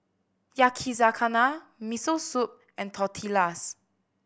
Yakizakana Miso Soup and Tortillas